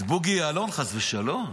את בוגי יעלון, חס ושלום.